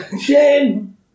Shame